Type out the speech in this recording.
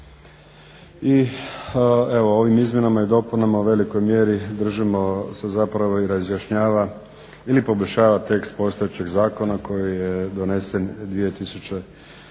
ovim izmjenama i dopunama u velikoj mjeri držimo se zapravo i razjašnjava ili poboljšava tekst postojećeg zakona koji je donesen 2008.